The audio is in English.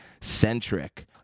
Centric